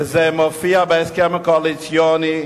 וזה מופיע בהסכם הקואליציוני,